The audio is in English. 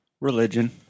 Religion